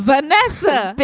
vanessa,